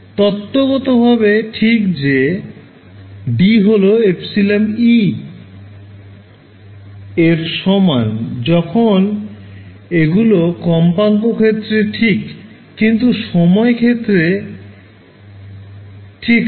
তত্বগতভাবে ঠিক যে D হল epsilon E এর সমান যখন এগুলো কম্পাঙ্ক ক্ষেত্রে ঠিক কিন্তু সময় ক্ষেত্রে ঠিক না